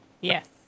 Yes